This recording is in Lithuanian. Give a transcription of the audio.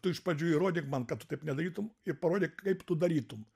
tu iš pradžių įrodyk man kad tu taip nedarytum ir parodyk kaip tu darytum